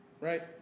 Right